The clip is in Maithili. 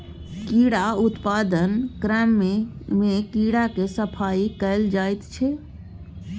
कीड़ा उत्पादनक क्रममे कीड़ाक सफाई कएल जाइत छै